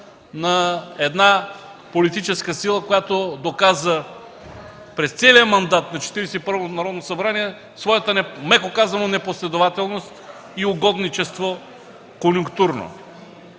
на една политическа сила, която доказа през целия мандат на Четиридесет и първото Народно събрание своята, меко казано, непоследователност и угодничество конюнктурно.